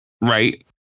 right